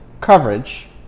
coverage